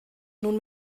nun